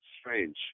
strange